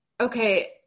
okay